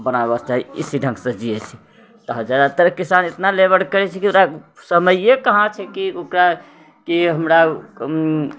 बनाबयके इसी ढङ्गसँ जियै छी तऽ ज्यादातर किसान इतना लेबर करै छै कि ओकरा समैए कहाँ छै कि ओकरा कि हमरा